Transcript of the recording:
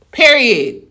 period